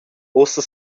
ussa